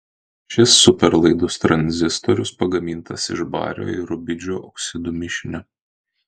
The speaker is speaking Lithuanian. šis superlaidus tranzistorius pagamintas iš bario ir rubidžio oksidų mišinio